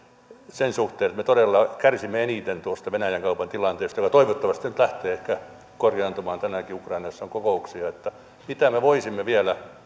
sen suhteen että me todella kärsimme eniten tuosta venäjän kaupan tilanteesta joka toivottavasti nyt lähtee korjaantumaan tänäänkin ukrainassa on kokouksia mitä me voisimme vielä